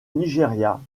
nigeria